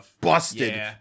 busted